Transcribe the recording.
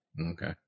Okay